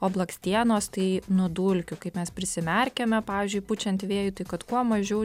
o blakstienos tai nuo dulkių kaip mes prisimerkiame pavyzdžiui pučiant vėjui tai kad kuo mažiau